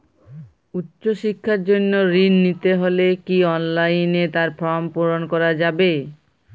উচ্চশিক্ষার জন্য ঋণ নিতে হলে কি অনলাইনে তার ফর্ম পূরণ করা যাবে?